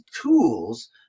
tools